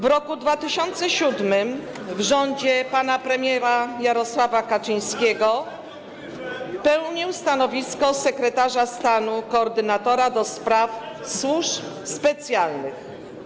W roku 2007 r. w rządzie pana premiera Jarosława Kaczyńskiego pełnił stanowisko sekretarza stanu koordynatora ds. służb specjalnych.